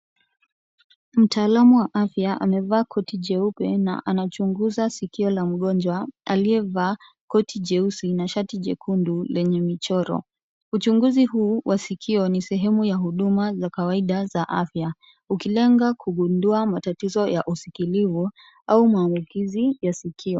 Mtaalamu wa afya amevaa koti jeupe na anachunguza sikio la mgonjwa, aliyevaa koti jeusi na shati jekundu lenye michoro. Uchunguzi huu wa sikio ni sehemu ya huduma za kawaida za afya, ukilenga kugundua matatizo ya usikilivu au maambukizi ya sikio.